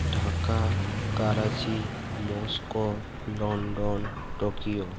Dhaka Karachi Moscow London Tokyo